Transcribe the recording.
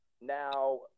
Now